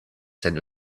sen